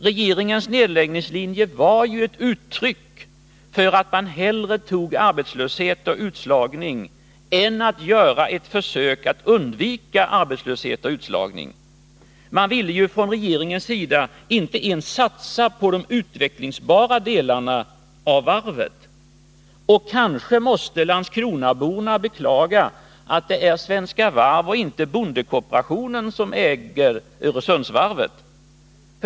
Regeringens nedläggningslinje var ju ett uttryck för att man hellre tog arbetslöshet och utslagning än gjorde ett försök att undvika arbetslöshet och utslagning. Man ville från regeringens sida inte ens satsa på de utvecklingsbara delarna av varvet. Kanske måste landskronaborna beklaga att det är Svenska Varv och inte bondekooperationen som äger Öresundsvarvet.